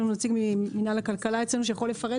יש כאן נציג ממינהל הכלכלה אצלנו שיכול לפרט,